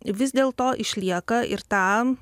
vis dėlto išlieka ir ta